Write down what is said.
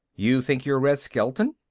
you think you're red skelton?